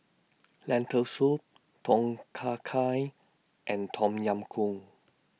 Lentil Soup Tom Kha Gai and Tom Yam Goong